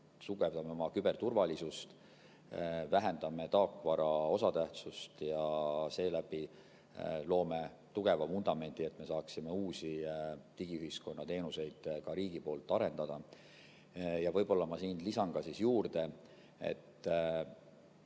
suurendame oma küberturvalisust, vähendame taakvara osatähtsust ja seeläbi loome tugeva vundamendi, et me saaksime uusi digiühiskonna teenuseid ka riigi poolt arendada. Ja võib-olla ma lisan juurde, et